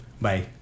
Bye